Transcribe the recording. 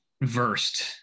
versed